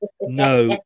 no